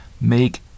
make